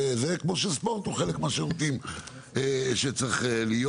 כמו שספורט זה חלק מהשירותים שצריכים לקבל.